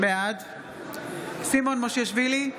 בעד סימון מושיאשוילי,